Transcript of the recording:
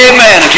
Amen